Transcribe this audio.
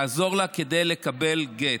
לעזור לה לקבל גט.